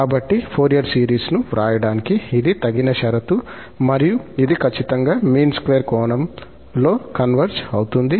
కాబట్టి ఫోరియర్ సిరీస్ను వ్రాయడానికి ఇది తగిన షరతు మరియు ఇది ఖచ్చితంగా మీన్ స్క్వేర్ కోణంలో కన్వర్జ్ అవుతుంది